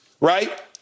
right